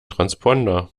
transponder